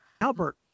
Albert